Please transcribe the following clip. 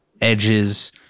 edges